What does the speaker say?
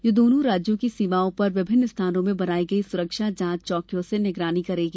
जो दोनो राज्यों की सीमाओं पर विभिन्न स्थानो में बनाई गई सुरक्षा जांच चौकियों से निगरानी करेंगी